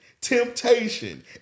Temptation